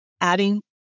adding